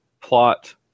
plot